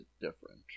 different